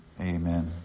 Amen